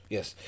Yes